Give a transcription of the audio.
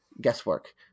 guesswork